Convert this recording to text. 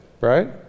right